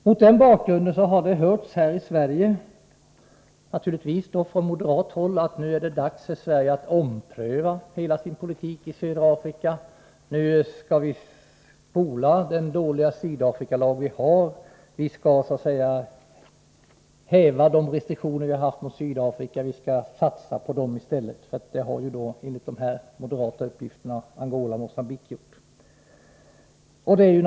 Mot den bakgrunden har vi här i Sverige kunnat höra, naturligtvis från moderat håll, att det nu är dags för Sverige att ompröva hela sin politik beträffande södra Afrika. Nu skall vi spola den dåliga Sydafrikalagen. Vi skall så att säga häva de restriktioner som funnits mot Sydafrika. Vi skall i stället satsa på Sydafrika. Enligt uppgifter från moderaterna har så skett när det gäller Angola och Mogambique.